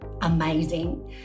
amazing